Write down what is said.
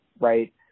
right